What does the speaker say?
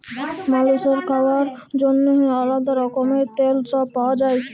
মালুসের খাওয়ার জন্যেহে আলাদা রকমের তেল সব পাওয়া যায়